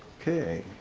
okay.